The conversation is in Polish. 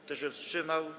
Kto się wstrzymał?